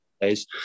days